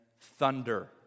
thunder